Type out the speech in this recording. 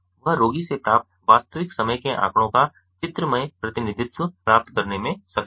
वह रोगी से प्राप्त वास्तविक समय के आंकड़ों का चित्रमय प्रतिनिधित्व प्राप्त करने में सक्षम है